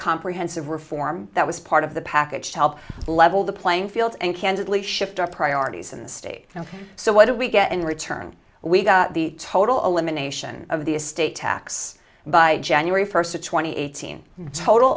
comprehensive reform that was part of the package to help level the playing field and candidly shift our priorities in the state and so what do we get in return we got the total elimination of the estate tax by january first to twenty eighteen total